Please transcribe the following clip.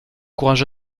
courage